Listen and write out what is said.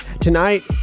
tonight